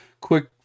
quick